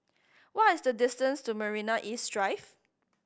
what is the distance to Marina East Drive